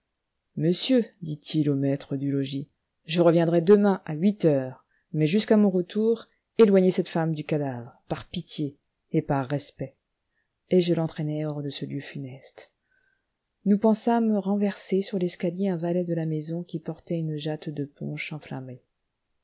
monsieur dit-il au maître du logis je reviendrai demain à huit heures mais jusqu'à mon retour éloignez cette femme du cadavre par pitié et par respect et je l'entraînai hors de ce lieu funeste nous pensâmes renverser sur l'escalier un valet de la maison qui portait une jatte de punch enflammé